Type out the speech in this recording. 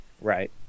Right